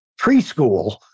preschool